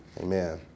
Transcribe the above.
Amen